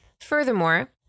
Furthermore